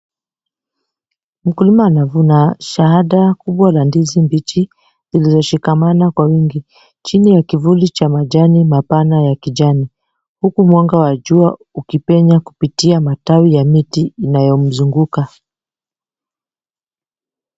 Mkulima anavuna shada kubwa la ndizi mbichi zilizoshikamana kwa wingi chini ya kivuli cha majani mapana ya kijani, huku mwanga wa jua ukipenya kupitia matawi ya miti inayomzunguka.